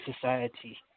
society